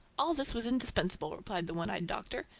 all this was indispensable, replied the one-eyed doctor,